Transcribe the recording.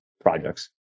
projects